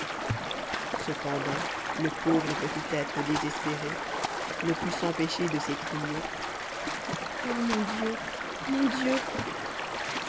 cependant le pauvre petit être désespéré ne put s'empêcher de s'écrier ô mon dieu mon dieu